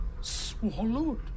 swallowed